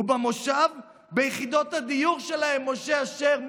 "ובמושב על יחידות הדיור שלהם" יעקב אשר,